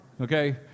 Okay